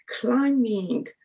climbing